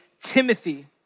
Timothy